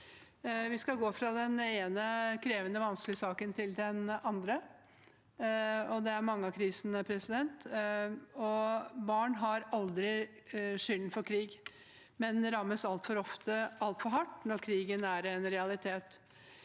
Vi skal gå fra den ene krevende, vanskelige saken til den andre. Det er mange kriser. Barn har aldri skylden for krig, men rammes altfor ofte altfor hardt når krigen er en realitet.